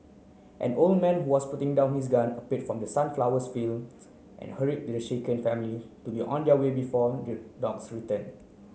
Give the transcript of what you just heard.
an old man who was putting down his gun appeared from the sunflower fields and hurried the shaken family to be on their way before their dogs return